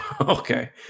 Okay